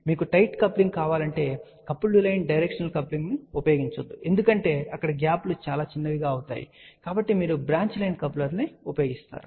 మీకు tight coupling కావాలంటే coupled line directional coupling ఉపయోగించవద్దు ఎందుకంటే అక్కడ గ్యాప్ లు చాలా చిన్నవి అవుతాయి కాబట్టి మీరు బ్రాంచ్ లైన్ కప్లర్ ఉపయోగిస్తారు